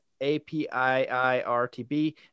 A-P-I-I-R-T-B